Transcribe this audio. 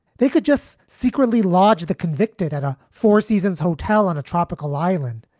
they could just secretly lodge the convicted at a four seasons hotel on a tropical island.